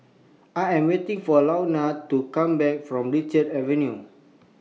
I Am waiting For Launa to Come Back from Richards Avenue